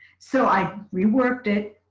so i reworked it